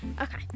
Okay